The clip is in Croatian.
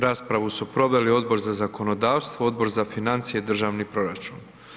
Raspravu su proveli Odbor za zakonodavstvo, Odbor za financije i državni proračun.